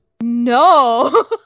no